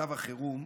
מצב החירום,